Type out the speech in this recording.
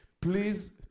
Please